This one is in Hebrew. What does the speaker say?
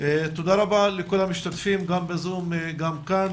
תודה רבה לכול המשתתפים, גם בזום וגם הנוכחים.